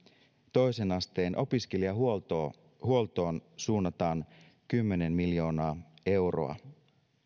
toisen asteen opiskelijahuoltoon suunnataan kymmenen miljoonaa euroa